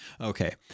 Okay